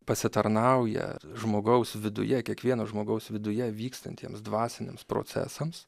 pasitarnauja žmogaus viduje kiekvieno žmogaus viduje vykstantiems dvasiniams procesams